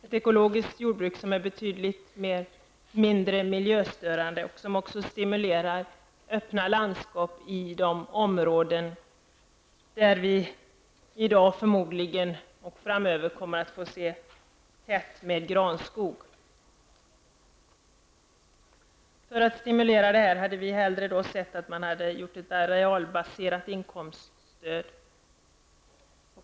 Ett ekologiskt jordbruk är betydligt mindre miljöstörande och stimulerar öppna landskap i de områden där vi framöver förmodligen kommer att få se tät granskog. Vi hade hellre sett att man hade skapat ett arealbaserat inkomststöd.